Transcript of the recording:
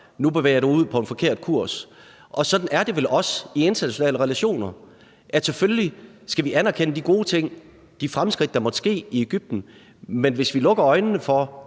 Nu bevæger du dig ud på en forkert kurs. Sådan er det vel også i internationale relationer. Selvfølgelig skal vi anerkende de gode ting og de fremskridt, der måtte ske i Egypten, men hvis vi lukker øjnene for